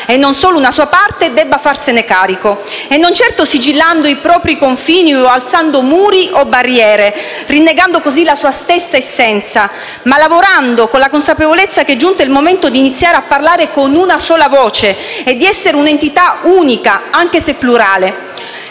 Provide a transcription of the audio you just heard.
e non solo una sua parte, debba farsene carico; non certo sigillando i propri confini o alzando muri e barriere - rinnegando così la sua stessa essenza - ma lavorando con la consapevolezza che è giunto il momento di iniziare a parlare con una sola voce e di essere un'entità unica, anche se plurale.